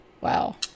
Wow